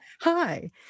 Hi